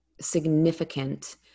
significant